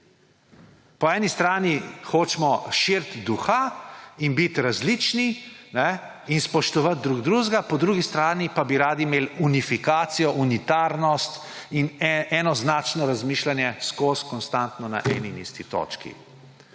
Po eni strani hočemo širiti duha in biti različni in spoštovati drug drugega, po drugi strani pa bi radi imeli unifikacijo, unitarnost in enoznačno razmišljanje konstantno na eni in isti točki.